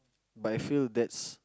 but I feel that's